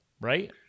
Right